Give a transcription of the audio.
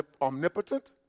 omnipotent